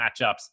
matchups